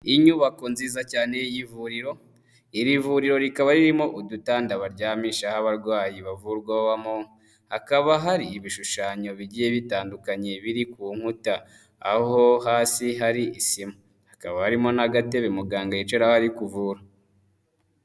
Inyubako nziza cyane y'ivuriro, iri vuriro rikaba ririmo udutanda baryamishaho abarwayi bavurwa babamo, hakaba hari ibishushanyo bigiye bitandukanye biri ku nkuta aho hasi hari isima. Hakaba harimo n'agatebe muganga yicaraho ari kuvura.